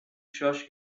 شاش